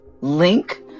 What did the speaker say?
link